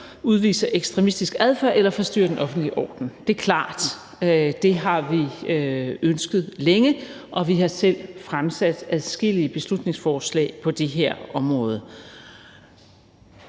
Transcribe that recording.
udviser ekstremistisk adfærd eller forstyrrer den offentlige orden. Det er klart. Det har vi ønsket længe, og vi har selv fremsat adskillige beslutningsforslag på det her område.